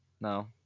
No